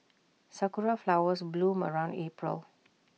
Sakura Flowers bloom around April